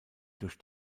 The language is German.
durch